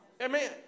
Amen